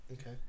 Okay